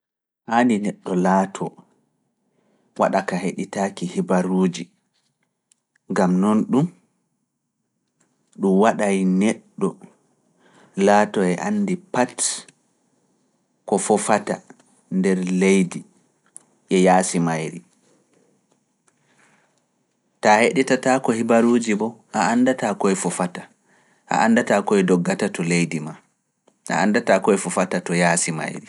Haani neɗɗo laatoo waɗaka heɗitaaki hibaruuji, ngam noon ɗum waɗay neɗɗo laatoo e anndi pat ko fofata nder leydi e yaasi mayri. Taa heɗitataako hibaruuji bo, a anndataa koye fofata, a anndataa koye doggata to leydi maa, a anndataa koye fofata to yaasi mayri.